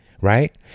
right